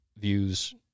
views